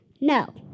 No